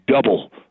double